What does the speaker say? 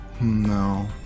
no